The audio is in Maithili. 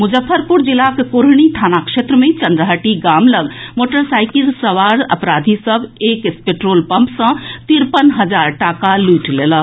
मुजफ्फरपुर जिलाक कुढ़नी थाना क्षेत्र मे चंद्रहटी गाम लऽग मोटरसाईकिल सवार अपराधी सभ एक पेट्रोल पम्प सँ तिरपन हजार टाका लूटि लेलक